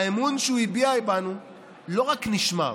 האמון שהוא הביע בנו לא רק נשמר,